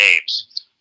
games